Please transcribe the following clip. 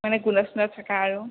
মানে গুণা চুনা থকা আৰু